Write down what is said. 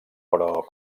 però